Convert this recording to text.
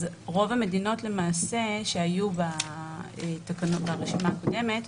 אז רוב המדינות למעשה שהיו ברשימה הקודמת,